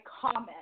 comment